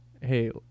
hey